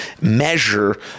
measure